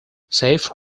safe